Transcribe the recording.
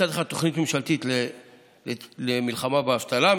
מצד אחד תוכנית ממשלתית למלחמה באבטלה,